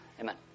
Amen